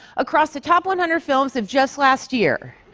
across the top one hundred films of just last year,